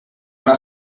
una